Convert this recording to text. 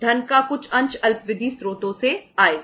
धन का कुछ अंश अल्पावधि स्रोतों से आएगा